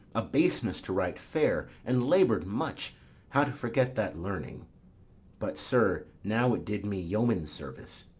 a baseness to write fair, and labour'd much how to forget that learning but, sir, now it did me yeoman's service.